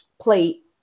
plate